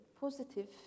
Positive